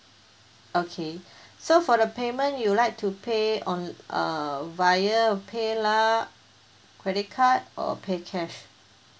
okay so for the payment you like to pay on uh via PayLah credit card or pay cash